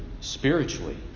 spiritually